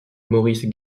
maurice